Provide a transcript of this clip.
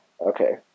okay